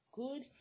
good